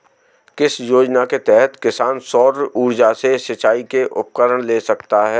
किस योजना के तहत किसान सौर ऊर्जा से सिंचाई के उपकरण ले सकता है?